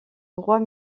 droit